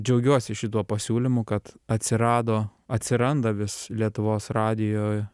džiaugiuosi šituo pasiūlymu kad atsirado atsiranda vis lietuvos radijo